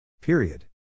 Period